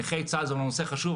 נכי צה"ל זה אומנם נושא חשוב,